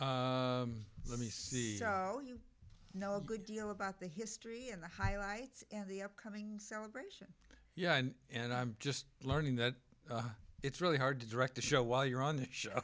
six let me see oh you know a good deal about the history and the highlights and the upcoming celebration yeah and i'm just learning that it's really hard to direct a show while you're on the show